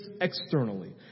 externally